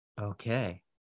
okay